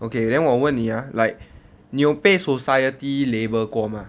okay then 我问你 ah like 你有被 society label 过 mah